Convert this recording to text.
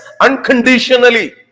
unconditionally